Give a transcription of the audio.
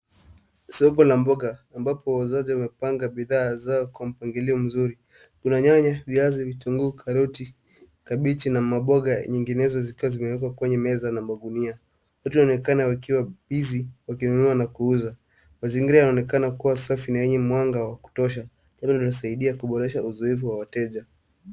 Soko la mboga, ambapo wauzaji wamepanga bidhaa zao kwa mpangilio mzuri. Kuna nyanya, viazi, vitunguu, karoti, kabichi na mamboga nyinginezo zikiwa zimeekwa kwenye meza na magunia. Watu wanaonekana wakiwa busy(cs), wakinunua na kuuza. Mazingira yanaonekana kuwa safi na hii mwanga wa kutosha tena unasaidia kuboresha uzuifu wa wateja.